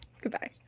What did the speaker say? Goodbye